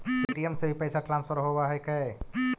Paytm से भी पैसा ट्रांसफर होवहकै?